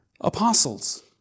Apostles